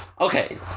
Okay